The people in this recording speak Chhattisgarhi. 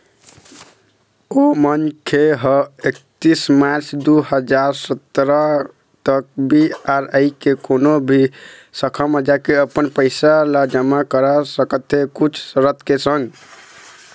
ओ मनखे ह एकतीस मार्च बछर दू हजार सतरा तक आर.बी.आई के कोनो भी शाखा म जाके अपन पइसा ल जमा करा सकत हे कुछ सरत के संग